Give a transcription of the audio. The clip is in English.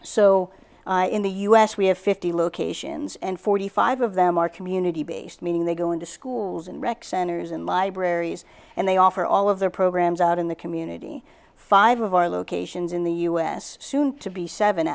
so in the u s we have fifty locations and forty five of them are community based meaning they go into schools and rec centers and libraries and they offer all of their programs out in the community five of our locations in the u s soon to be seven